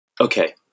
Okay